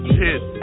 hit